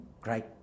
great